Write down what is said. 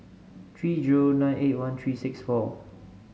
three zero nine eight one three six four